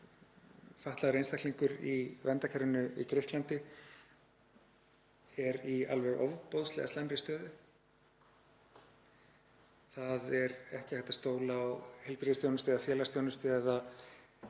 að fatlaður einstaklingur í verndarkerfinu í Grikklandi er í alveg ofboðslega slæmri stöðu. Það er ekki hægt að stóla á heilbrigðisþjónustu eða félagsþjónustu eða